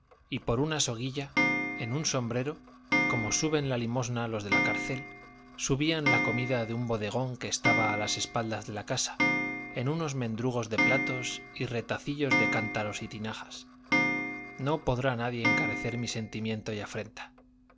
y por una soguilla en un sombrero como suben la limosna los de la cárcel subían la comida de un bodegón que estaba a las espaldas de la casa en unos mendrugos de platos y retacillos de cántaros y tinajas no podrá nadie encarecer mi sentimiento y afrenta